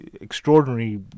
extraordinary